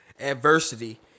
Adversity